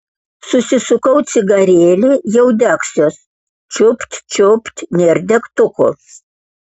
susisukau cigarėlį jau degsiuos čiupt čiupt nėr degtukų